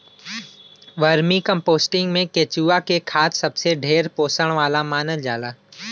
vermicomposting में केचुआ के खाद सबसे ढेर पोषण वाला मानल जाला